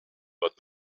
but